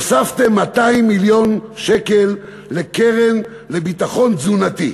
הוספתם 200 מיליון שקל לקרן לביטחון תזונתי.